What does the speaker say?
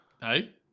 Hey